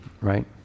right